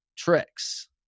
tricks